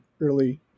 early